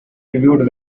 reviewed